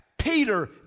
Peter